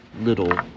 little